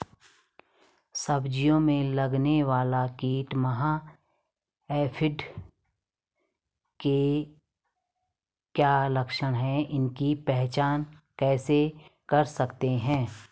सब्जियों में लगने वाला कीट माह एफिड के क्या लक्षण हैं इसकी पहचान कैसे कर सकते हैं?